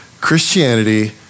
Christianity